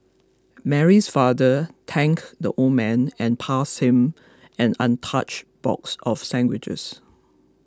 mary's father thanked the old man and passed him an untouched box of sandwiches